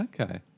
Okay